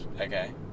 okay